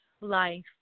life